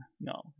No